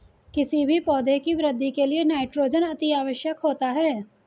किसी भी पौधे की वृद्धि के लिए नाइट्रोजन अति आवश्यक होता है